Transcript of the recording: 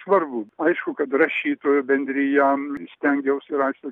svarbu aišku kad rašytojų bendrijom stengiausi rasti